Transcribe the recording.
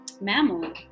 mammal